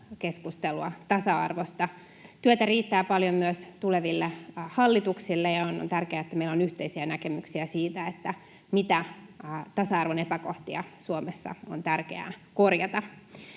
keskustelua tasa-arvosta. Työtä riittää paljon myös tuleville hallituksille, ja on tärkeää, että meillä on yhteisiä näkemyksiä siitä, mitä tasa-arvon epäkohtia Suomessa on tärkeää korjata.